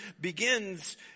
begins